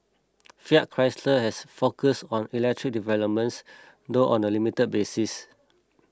Fiat Chrysler has focused on electric developments though on a limited basis